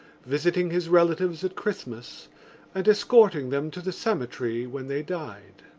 visiting his relatives at christmas and escorting them to the cemetery when they died.